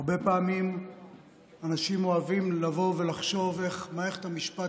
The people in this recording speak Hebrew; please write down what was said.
הרבה פעמים אנשים אוהבים לחשוב איך מערכת המשפט